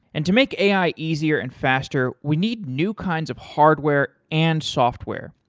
and to make ai easier and faster, we need new kinds of hardware and software,